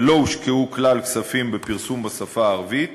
ולא הושקעו כלל כספים בפרסום בשפה הערבית,